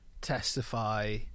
Testify